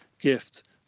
gift